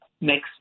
next